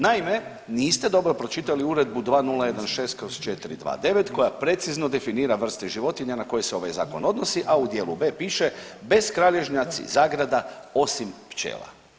Naime, niste dobro pročitali Uredbu 2016/429 koja precizno definira vrste životinja na koje se ovaj zakon odnosi, a u dijelu V piše beskralježnjaci zagrada osim pčela.